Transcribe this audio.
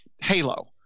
Halo